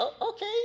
okay